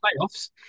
playoffs